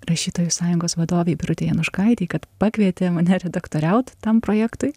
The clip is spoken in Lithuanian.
rašytojų sąjungos vadovei birutei jonuškaitei kad pakvietė mane redaktoriaut tam projektui